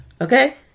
Okay